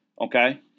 Okay